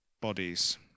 bodies